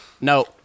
no